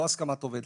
לא הסכמת עובד,